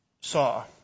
saw